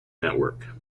network